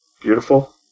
beautiful